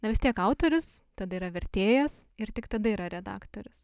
na vis tiek autorius tada yra vertėjas ir tik tada yra redaktorius